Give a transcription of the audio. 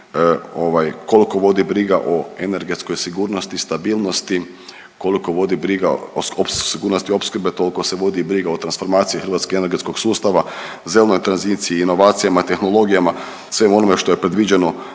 vodi briga o energetskoj sigurnosti, stabilnosti, koliko vodi briga .../nerazumljivo/... sigurnosti opskrbe, toliko se vodi i briga o transformaciji hrvatskog energetskog sustava, zelenoj tranziciji, inovacijama, tehnologijama, svemu onome što je predviđeno